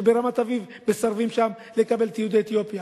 כשברמת-אביב מסרבים לקבל את יהודי אתיופיה?